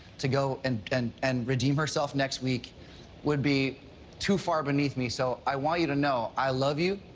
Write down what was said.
to go and and and redeem herself next week would be too far beneath me, so i want you to know, i love you,